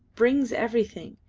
brings everything,